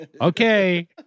Okay